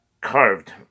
carved